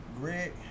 Greg